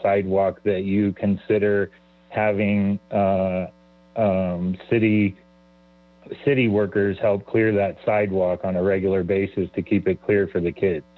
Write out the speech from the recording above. sidewalk that you consider having city city workers help clear that sidewalk on a regular basis to keep it clear for the